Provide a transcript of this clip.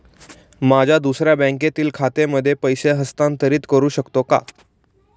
माझ्या दुसऱ्या बँकेतील खात्यामध्ये पैसे हस्तांतरित करू शकतो का?